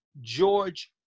George